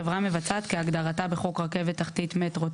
חברה מבצעת כהגדרתה בחוק רכבת תחתית (מטרו),